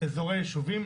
אזורי ישובים,